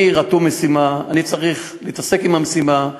אני רתום-משימה, אני צריך להתעסק עם המשימה.